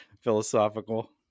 philosophical